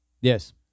Yes